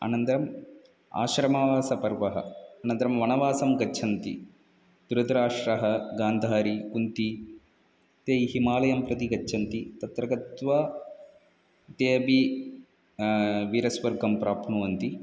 अनन्तरम् आश्रमवासपर्वः अनन्तरं वणवासं गच्छन्ति धृतराष्ट्रः गान्धारी कुन्ती ते हिमालयं प्रति गच्छन्ति तत्र गत्वा ते अपि वीरस्वर्गं प्राप्नुवन्ति